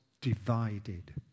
divided